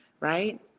right